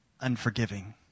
unforgiving